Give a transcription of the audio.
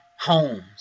homes